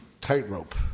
Tightrope